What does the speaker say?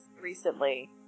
recently